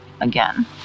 Again